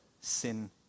sin